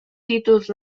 títols